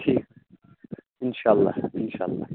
ٹھیٖک اِنشاء اللہ اِنشاء اللہ